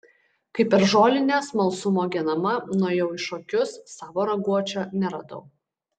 kai per žolinę smalsumo genama nuėjau į šokius savo raguočio neradau